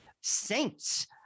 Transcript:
saints